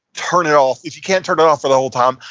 turn it off. if you can't turn it off for the whole time,